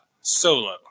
Solo